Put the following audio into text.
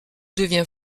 devient